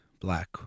black